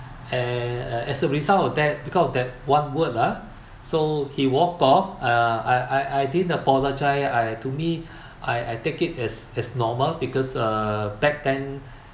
uh as a result of that because that one word lah so he walked off uh I I I didn't apologise I to me I I take it as as normal because uh back then